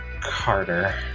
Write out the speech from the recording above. Carter